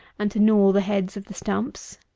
and to gnaw the heads of the stumps.